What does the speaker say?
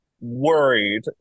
worried